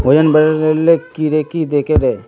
वजन बढे ले कीड़े की देके रहे?